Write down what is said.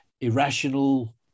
irrational